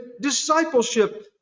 discipleship